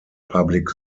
public